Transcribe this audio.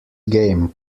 game